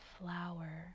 flower